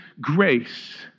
grace